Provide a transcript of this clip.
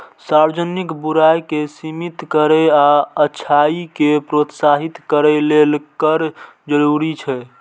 सार्वजनिक बुराइ कें सीमित करै आ अच्छाइ कें प्रोत्साहित करै लेल कर जरूरी छै